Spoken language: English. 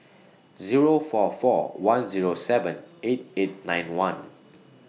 Zero four four one Zero seven eight eight nine one